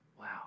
Wow